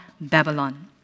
Babylon